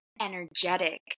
energetic